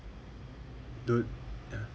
do